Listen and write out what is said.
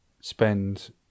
spend